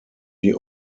die